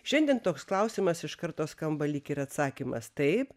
šiandien toks klausimas iš karto skamba lyg ir atsakymas taip